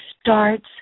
starts